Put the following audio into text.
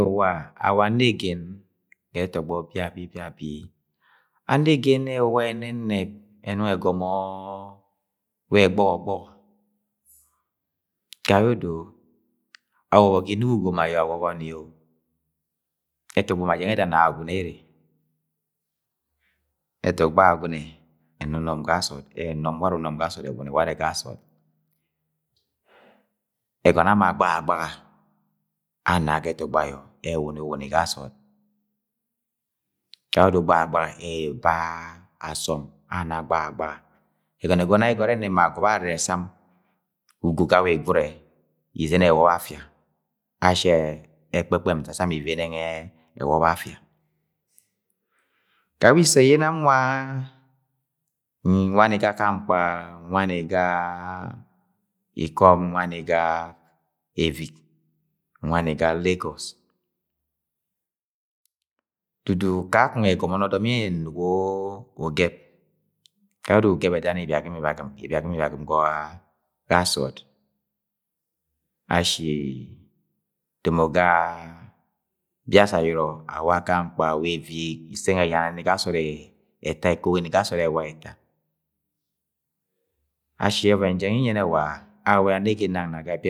Awa anegen ga etogbo biabi, biabi, anegen ewawa ẹnẹnẹp ẹnọng ẹgọmọọ wẹ gbọgọ-gbọgọ gayẹodo awọbọ ga inuk ugom ayọ awọbọ ni oh, etọgbọ majẹng yẹ ẹda na Agwagune ere, ẹtọgbọ Agwagunẹ enọnọm ga sọọd, ẹnọm warẹ unọm ga sọọd ẹwuni ware ga sọọd. Egọnọ ye ama gbagagbaga ana ga ẹtọgbọ ayọ ẹrẹ ẹwuni ye uwuni ga sọọd gayẹodo gbagagbaga ẹba asọm ana gbagagbaga ẹgọmọ egọnọ ayẹk egọnọ ẹrẹ ne ma agobe arre sam, ugo ga wẉ igwude, iveni ẹwọbọ afia, ashi ere ekpekpem dasam ivenie nwẹ ẹwọbọ afai ga wẹ issẹ yẹ nam nwaa nwa ni ga Akamkpa, nwa ni ga Ikọm, nwa ni ga evik, nwa ni ga Lagos, dudn kakọnh egọmọ ni ọdọm yẹ nnugo ga ugep gayẹodo ugẹp edani ibiagɨm- ibiagɨm ga sọọd, ashi domo ga biasẹ ayọrọ awa Akamkpa awa evik ise nwẹ ẹyana nini ga sọọd ẹta ekogi nini ga sood ewa ẹta ashi ọvẹn jẹng ye iyẹnẹ wa Agwagune anegen na ga.